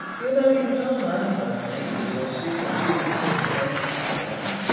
you know you can't humbug me with your superhuman sixth sense, my friend.